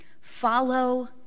follow